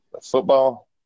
Football